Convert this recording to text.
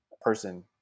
person